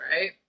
right